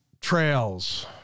Trails